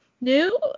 new